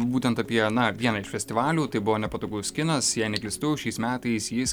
būtent apie aną vieną iš festivalių tai buvo nepatogus kinas jei neklystu šiais metais jis